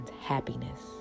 happiness